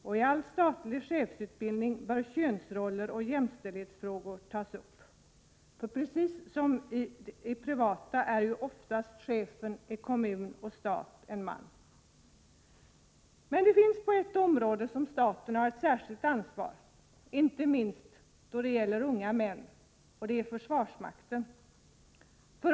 I all statlig chefsutbildning bör könsroller och jämställdhetsfrågor tas upp. För precis som i det privata arbetslivet är ju chefen i kommun och stat ofta en man. På ett område har emellertid staten ett särskilt ansvar, inte minst då det gäller unga män, nämligen inom försvarsmakten.